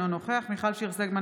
אינו נוכח מיכל שיר סגמן,